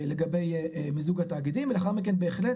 לגבי מיזוג התאגידים ולאחר מכן בהחלט